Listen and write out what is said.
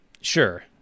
sure